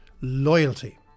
loyalty